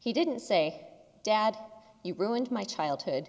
he didn't say dad you ruined my childhood